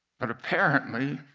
but apparently,